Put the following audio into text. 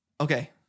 Okay